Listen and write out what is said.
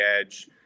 edge